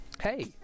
Hey